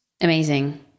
Amazing